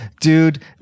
Dude